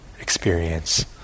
experience